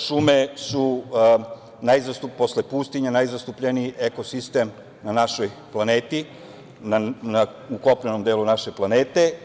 Šume su posle pustinje najzastupljeniji ekosistem na našoj planeti, u kopnenom delu naše planete.